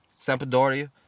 Sampdoria